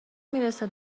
میرسه